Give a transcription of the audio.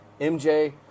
MJ